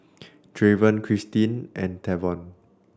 Draven Christeen and Tavon